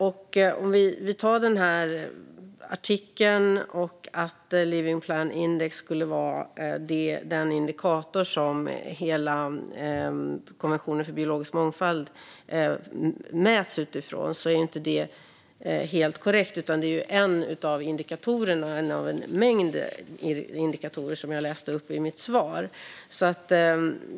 När det gäller den här artikeln och att living planet index skulle vara den indikator som hela konventionen för biologisk mångfald utgår från är detta inte helt korrekt. Det är en av en mängd indikatorer som jag räknade upp i mitt svar.